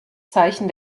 zeichen